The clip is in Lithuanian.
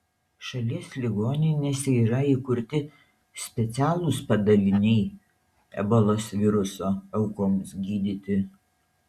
šalies ligoninėse yra įkurti specialūs padaliniai ebolos viruso aukoms gydyti